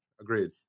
Agreed